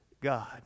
God